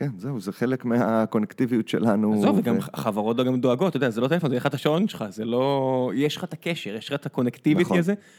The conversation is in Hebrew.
כן, זהו, זה חלק מהקונקטיביות שלנו. עזוב, וגם חברות גם דואגות, אתה יודע, זה לא טלפון, זה יש לך את השעון שלך, זה לא... יש לך את הקשר, יש לך את הקונקטיביטי הזה.